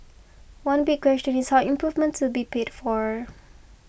one big question is how improvements will be paid for